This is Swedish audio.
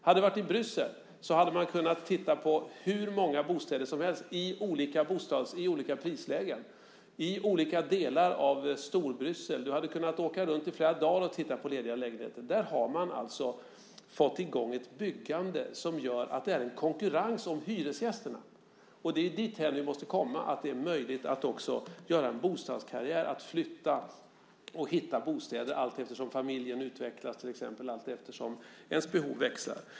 Hade det varit i Bryssel hade man kunnat titta på hur många bostäder som helst i olika prislägen, i olika delar av Storbryssel. Du hade kunnat åka runt i flera dagar och titta på lediga lägenheter. Där har man alltså fått i gång ett byggande som gör att det är konkurrens om hyresgästerna. Det är dithän vi måste komma, att det är möjligt att också göra en bostadskarriär, att flytta och hitta bostäder allteftersom familjen utvecklas, allteftersom ens behov växlar.